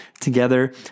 together